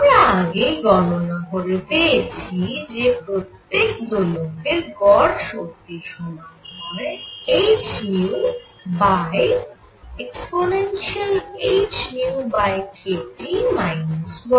আমরা আগেই গণনা করে পেয়েছি যে প্রত্যেক দোলকের গড় শক্তি সমান হয় hehνkT 1